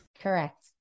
Correct